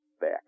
back